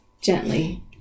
gently